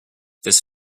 this